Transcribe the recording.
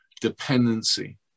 dependency